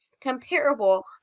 comparable